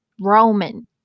Roman